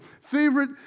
favorite